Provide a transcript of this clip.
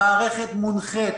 המערכת מונחית